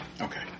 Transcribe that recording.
Okay